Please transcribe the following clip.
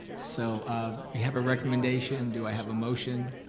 so we have a recommendation. do i have a motion?